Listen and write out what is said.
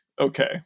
Okay